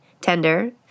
Tender